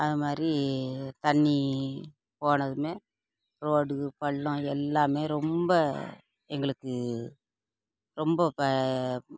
அதை மாதிரி தண்ணி போனதும் ரோடு பள்ளம் எல்லாம் ரொம்ப எங்களுக்கு ரொம்ப ரொம்ப